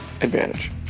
Advantage